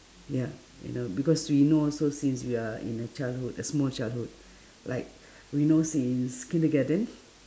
ya you know because we know also since we are in the childhood small childhood like we know since kindergarten